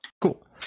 Cool